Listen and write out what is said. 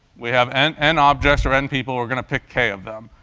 we have. n n objects or n people, we're going to pick k of them.